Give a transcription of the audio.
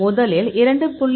முதலில் 2